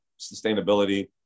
sustainability